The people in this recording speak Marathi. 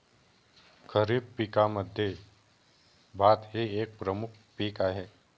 खरीप पिकांमध्ये भात हे एक प्रमुख पीक आहे